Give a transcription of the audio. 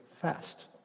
fast